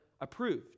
approved